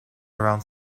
around